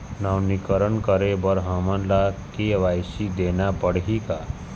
नवीनीकरण करे बर हमन ला के.वाई.सी देना पड़ही का?